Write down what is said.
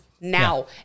now